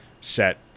set